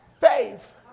faith